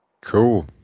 Cool